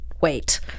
wait